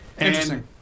Interesting